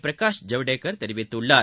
பிரகாஷ் ஜவடேகர் தெரிவித்துள்ளார்